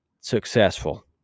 successful